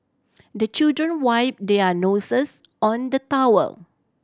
the children wipe their noses on the towel